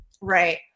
Right